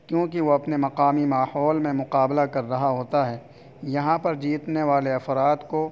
کیوں کہ وہ اپنے مقامی ماحول میں مقابلہ کر رہا ہوتا ہے یہاں پر جیتنے والے افراد کو